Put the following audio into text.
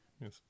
Yes